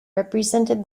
represented